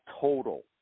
total